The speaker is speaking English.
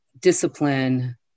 discipline